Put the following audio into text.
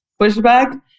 pushback